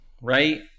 right